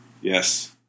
Yes